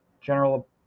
general